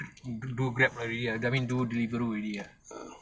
do do grab already ah I mean do do deliveroo already ah